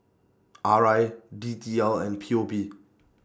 R I D T L and P O P